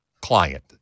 client